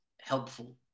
helpful